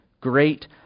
Great